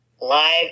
live